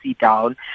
down